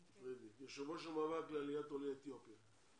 יושב ראש הוועדה לעליית עולי אתיופיה.